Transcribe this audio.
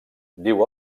diu